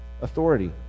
authority